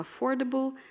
affordable